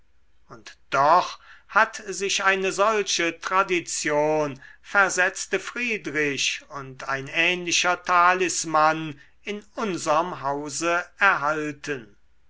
und doch hat sich eine solche tradition versetzte friedrich und ein ähnlicher talisman in unserm hause erhalten